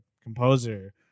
composer